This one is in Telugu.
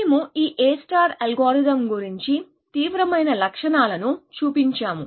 మేము ఈ A అల్గారిథమ్ గురించి తీవ్రమైన లక్షణాలను చూపించాము